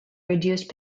reduced